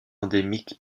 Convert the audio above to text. endémique